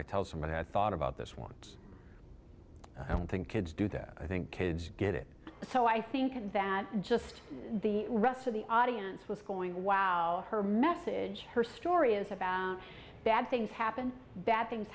i tell somebody i thought about this once i don't think kids do that i think kids get it so i think that just the rest of the audience was going wow her message her story is about bad things happen bad things